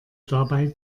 dabei